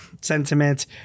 sentiment